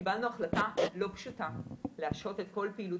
קיבלנו החלטה לא פשוטה להשהות את כל פעילות